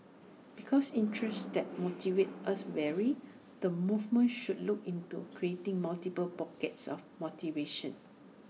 because interests that motivate us vary the movement should look into creating multiple pockets of motivation